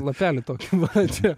lapelį tokį va čia